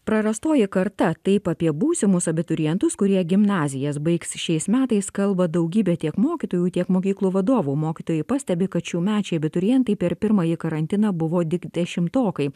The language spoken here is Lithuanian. prarastoji karta taip apie būsimus abiturientus kurie gimnazijas baigs šiais metais kalba daugybė tiek mokytojų tiek mokyklų vadovų mokytojai pastebi kad šiųmečiai abiturientai per pirmąjį karantiną buvo dik dešimtokai